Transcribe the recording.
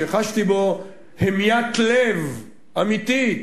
שחשתי בו המיית לב אמיתית,